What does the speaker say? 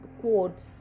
quotes